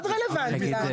זה מאוד רלוונטי לנו.